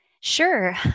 Sure